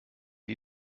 die